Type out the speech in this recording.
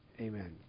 Amen